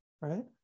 right